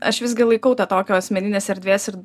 aš visgi laikau tą tokio asmeninės erdvės ir